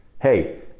Hey